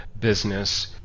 business